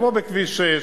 כמו בכביש 6,